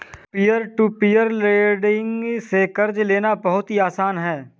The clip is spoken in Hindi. पियर टू पियर लेंड़िग से कर्ज लेना बहुत ही आसान है